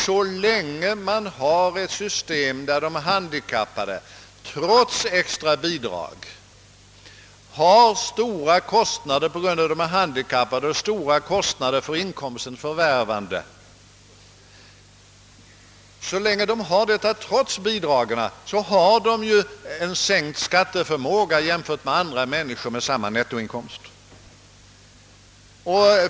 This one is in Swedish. Så länge vi har ett system, som medför att de handikappade trots extra bidrag får vidkännas stora kostnader för inkomstens förvärvande just därför att de är handikappade, är deras skatteförmåga mindre än andra människors med samma nettoinkomst.